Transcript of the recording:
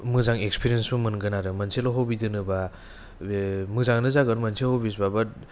मोजां एक्सफिरेन्सबो मोनगोन आरो मोनसेल' हभि दोनोबा बे मोजाङानो जागोन मोनसेल' हभिसबा बाट